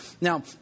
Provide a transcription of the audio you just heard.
Now